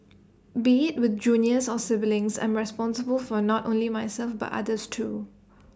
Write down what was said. be IT with juniors or siblings I'm responsible for not only myself but others too